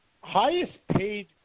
highest-paid